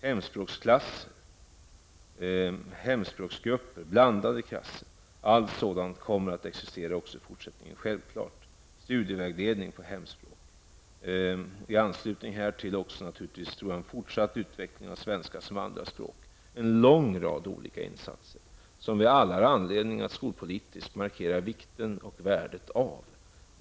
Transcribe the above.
Hemspråksklasser, hemspråksgrupper, blandade klasser -- allt sådant kommer självfallet att existera i fortsättningen. Det gäller även studievägledning på hemspråk. I anslutning härtill är det också fråga om en fortsatt utveckling av svenska som andra språk. Det är en lång rad av olika insatser, som vi alla har anledning att skolpolitiskt markera vikten och värdet av.